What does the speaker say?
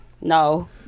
No